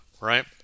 right